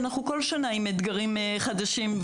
ובכל שנה אנחנו עם אתגרים חדשים,